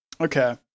Okay